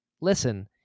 Listen